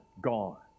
gone